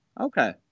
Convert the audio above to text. Okay